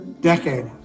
decade